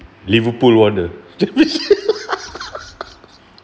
liverpool one ah